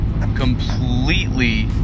completely